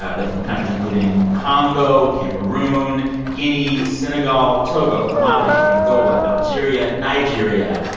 ah they're from countries including congo, cameroon, guinea, senegal, togo, mali, angola, algeria, nigeria.